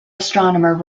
astronomer